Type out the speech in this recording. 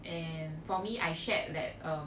and for me I shared that err